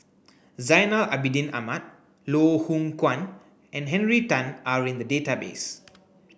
Zainal Abidin Ahmad Loh Hoong Kwan and Henry Tan are in the database